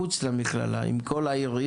מחוץ למכללה עם כל העיריות.